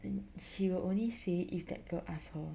that he will only say if that girl ask her